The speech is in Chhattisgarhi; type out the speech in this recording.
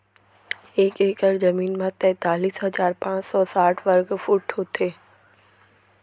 एक एकड़ जमीन मा तैतलीस हजार पाँच सौ साठ वर्ग फुट होथे